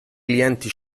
clienti